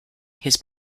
his